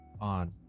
on